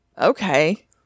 Okay